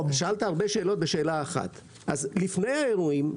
לפני האירועים,